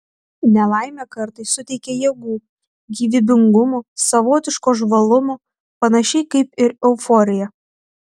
nelaimė kartais suteikia jėgų gyvybingumo savotiško žvalumo panašiai kaip ir euforija